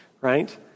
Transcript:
right